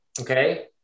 Okay